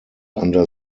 under